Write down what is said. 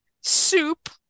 soup